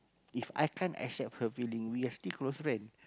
If I can't accept her feeling we are still close friend